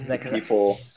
people